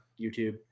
YouTube